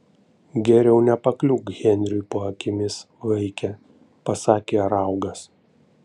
geriau nepakliūk henriui po akimis vaike pasakė raugas